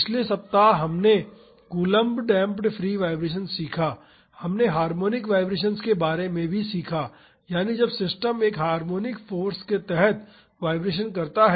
पिछले सप्ताह में हमने कूलम्ब डैम्प्ड फ्री वाईब्रेशन सीखा हमने हार्मोनिक वाईब्रेशन्स के बारे में भी सीखा यानी जब सिस्टम एक हार्मोनिक फाॅर्स के तहत वाईब्रेशन्स करता है